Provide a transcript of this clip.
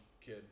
kid